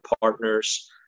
partners